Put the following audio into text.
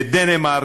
בדנמרק,